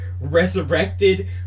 Resurrected